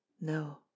No